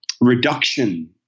reduction